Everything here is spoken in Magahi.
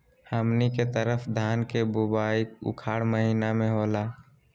हमनी के तरफ धान के बुवाई उखाड़ महीना में होला